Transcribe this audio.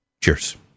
Cheers